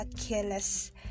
careless